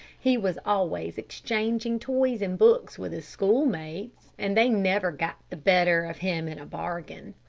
he was always exchanging toys and books with his schoolmates, and they never got the better of him in a bargain.